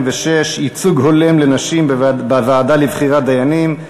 26) (ייצוג הולם לנשים בוועדה לבחירת דיינים),